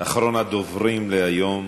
אחרון הדוברים להיום,